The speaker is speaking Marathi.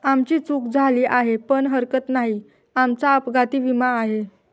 आमची चूक झाली आहे पण हरकत नाही, आमचा अपघाती विमा आहे